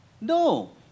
No